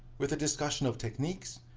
with a discussion of techniques,